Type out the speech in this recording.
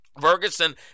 Ferguson